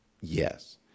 yes